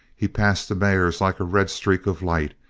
he passed the mares like a red streak of light,